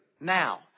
now